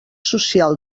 social